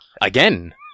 Again